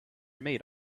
made